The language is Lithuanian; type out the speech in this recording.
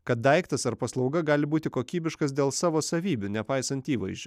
kad daiktas ar paslauga gali būti kokybiškas dėl savo savybių nepaisant įvaizdžio